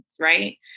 right